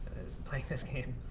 is playing this game.